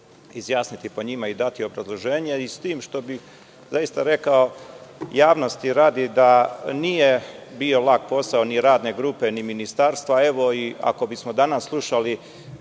izjasniti o njima i dati obrazloženje, s tim što bih zaista rekao, javnosti radi, da nije bio lak posao ni radne grupe ni Ministarstva. Ako bismo danas slušali